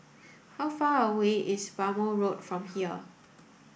how far away is Bhamo Road from here